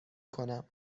کنم